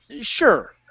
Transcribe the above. Sure